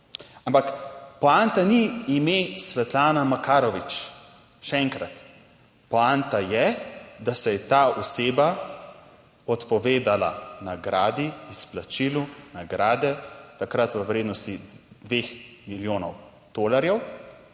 ampak poanta ni ime Svetlana Makarovič. Še enkrat, poanta je, da se je ta oseba odpovedala nagradi, izplačilu nagrade, takrat v vrednosti dveh milijonov tolarjev